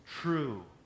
true